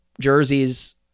jerseys